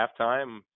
halftime